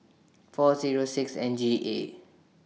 four Zero six N G A